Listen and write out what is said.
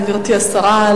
גברתי השרה,